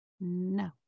No